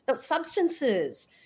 substances